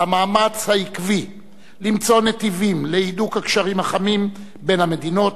על המאמץ העקבי למצוא נתיבים להידוק הקשרים החמים בין המדינות,